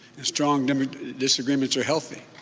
and strong disagreements are healthy.